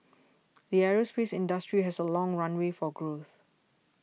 the aerospace industry has a long runway for growth